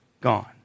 Gone